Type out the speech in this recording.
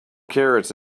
carrots